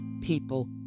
people